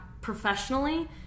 professionally